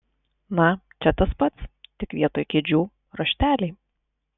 na čia tas pats tik vietoj kėdžių rašteliai